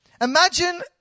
imagine